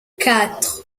quatre